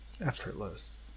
effortless